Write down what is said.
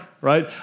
right